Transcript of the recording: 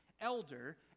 elder